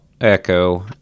Echo